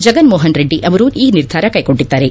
ಜಗಸ್ಮೋಹನ್ ರೆಡ್ಡಿ ಅವರು ಈ ನಿರ್ಧಾರ ಕೈಗೊಂಡಿದ್ದಾರೆ